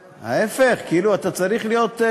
ההפך, כאילו, אתה צריך להיות,